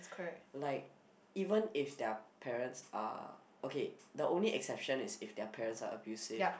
like even if their parents are okay the only exception is if their parents are abusive